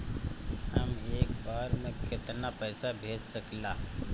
हम एक बार में केतना पैसा भेज सकिला?